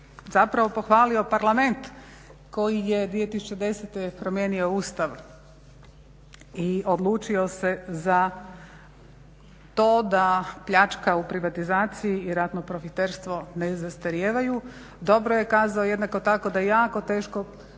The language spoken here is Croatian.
zapravo pohvalio Parlament koji je 2010. promijenio Ustav i odlučio se za to da pljačka u privatizaciji i ratno profiterstvo ne zastarijevaju. Dobro je kazao jednako tako da je jako teško